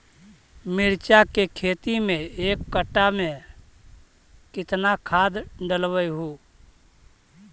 मिरचा के खेती मे एक कटा मे कितना खाद ढालबय हू?